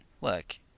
look